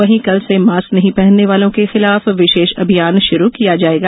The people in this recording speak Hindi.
वहीं कल से मास्क नहीं पहनने वालों के खिलाफ विशेष अभियान शुरू किया जाएगा